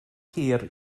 hir